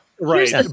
Right